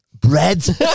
Bread